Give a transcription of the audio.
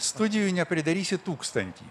studijų nepridarysi tūkstantį